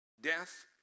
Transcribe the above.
Death